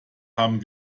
haben